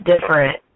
different